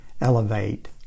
elevate